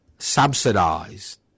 Subsidised